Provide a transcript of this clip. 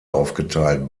aufgeteilt